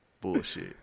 Bullshit